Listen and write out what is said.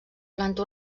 planta